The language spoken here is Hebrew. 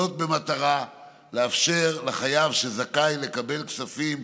זאת, במטרה לאפשר לחייב שזכאי לקבל כספים,